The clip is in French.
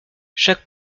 chaque